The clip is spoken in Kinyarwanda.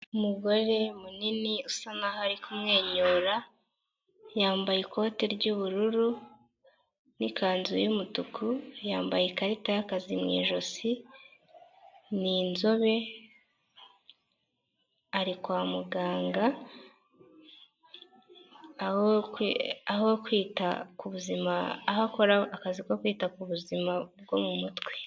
Umugore munini usa nkaho ari kumwenyura, yambaye ikote ry'ubururu n'ikanzu y'umutuku, yambaye ikarita y'akazi mu ijosi, ni inzobe, ari kwa muganga, aho kwita ku buzima aho akora akazi ko kwita ku buzima bwo mu mutwe.